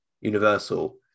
Universal